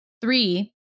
Three